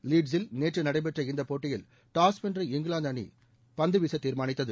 லீட்ஸில் நேற்று நடைபெற்ற இந்த போட்டியில் டாஸ் வென்ற இங்கிலாந்து அணி பந்து வீச தீர்மானித்தது